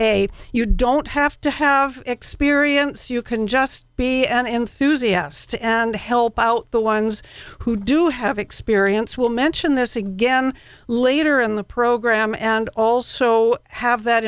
ca you don't have to have experience you can just be an enthusiast and help out the ones who do have experience will mention this again later in the program and also have that